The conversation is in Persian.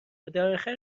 درآخر